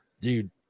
dude